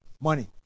money